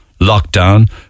lockdown